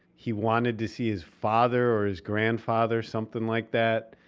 he wanted to see his father or his grandfather, something like that.